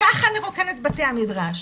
ככה נרוקן את בתי המדרש.